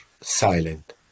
silent